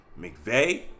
McVeigh